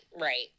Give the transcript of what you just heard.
right